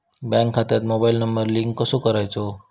Bank खात्यात mobile number link कसो करायचो?